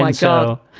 like so,